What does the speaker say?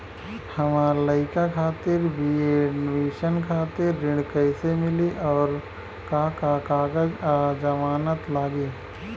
हमार लइका खातिर बी.ए एडमिशन खातिर ऋण कइसे मिली और का का कागज आ जमानत लागी?